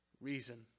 reason